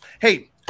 hey